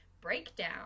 breakdown